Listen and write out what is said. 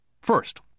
First